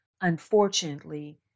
Unfortunately